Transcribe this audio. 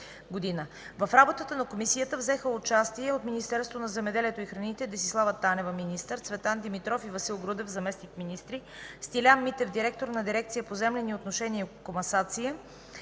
В работата на Комисията взеха участие: от Министерството на земеделието и храните Десислава Танева – министър, Цветан Димитров и Васил Грудев – заместник-министри, Стилиян Митев – директор на дирекция „Поземлени отношения и комасация”,